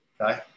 okay